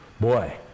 boy